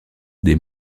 des